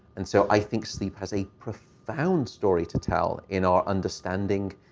and so i think sleep has a profound story to tell in our understanding,